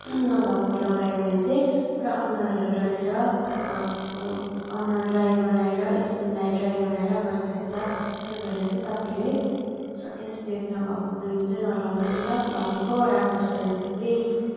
नभएको लगायो भने चाहिँ पुरा अनुहारहरू डढेर अनुहार ड्राई बनाएर स्किनलाई ड्राई बनाएर गर्दा रहेछ त्यो भएर चाहिँ तपाईँले एसपिएफ नभएको क्रिम चाहिँ नलगाउनु होस् ल प्लमको राम्रो छैन त्यो क्रिम